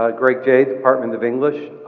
ah greg jay, department of english.